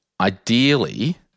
ideally